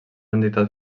entitat